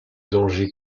dangers